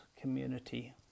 community